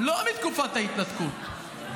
לא מתקופת ההתנתקות,